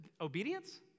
Obedience